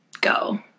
go